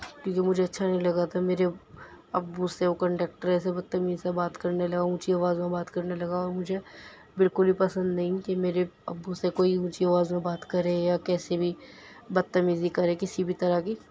کہ جو مجھے اچھا نہیں لگا تھا میرے اب ابو سے وہ کنڈیکٹر ایسے بدتمیزی سے بات کرنے لگا اونچی آواز میں بات کرنے لگا او مجھے بالکل بھی پسند نہیں کہ میرے ابو سے کوئی اونچی آواز میں بات کرے یا کیسے بھی بدتمیزی کرے کسی بھی طرح کی